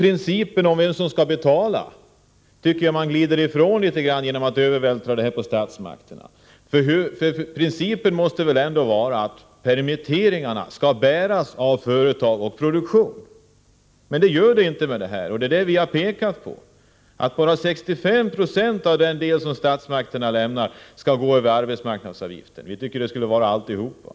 Principen om vem som skall betala tycker jag att man glider förbi när man övervältrar problemet på statsmakterna. Principen måste väl ändå vara att kostnaderna vid permitteringarna skall bäras av företag och produktion. Så blir inte fallet med den här ändringen, och det är detta vi har pekat på. Bara 65 70 av den del som statsmakterna tillskjuter kommer ju att gå över arbetsmarknadsavgiften, men vi tycker att hela kostnaden skall täckas den vägen.